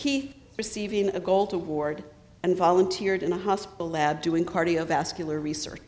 he received a goal toward and volunteered in a hospital lab doing cardiovascular research